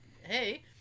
hey